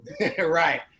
Right